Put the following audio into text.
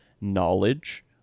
knowledge